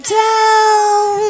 down